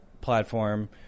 platform